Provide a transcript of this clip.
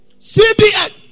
CBN